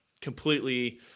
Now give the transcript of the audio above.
completely